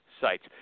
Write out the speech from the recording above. sites